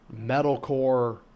metalcore